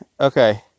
Okay